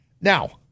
Now